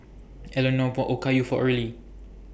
Elenore bought Okayu For Earley